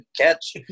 catch